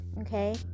okay